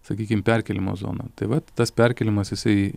sakykim perkėlimo zoną tai vat tas perkėlimas jisai